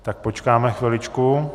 Tak počkáme chviličku.